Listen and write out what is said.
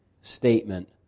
statement